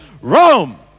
Rome